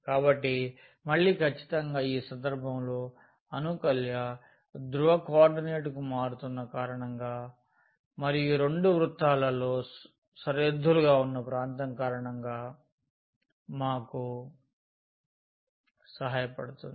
కాబట్టి మళ్ళీ ఖచ్చితంగా ఈ సందర్భంలో అనుకల్య ధ్రువ కోఆర్డినేట్కు మారుతున్న కారణంగా మరియు ఈ రెండు వృత్తాలతో సరిహద్దులుగా ఉన్న ప్రాంతం కారణంగా మాకు సహాయపడుతుంది